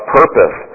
purpose